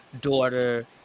daughter